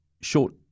short